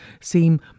seem